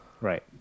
right